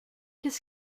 qu’est